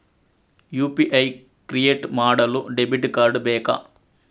UPI create ಮಾಡಲು debit card ಬೇಕಾ?